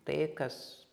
tai kas